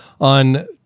on